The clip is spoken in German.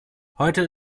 heute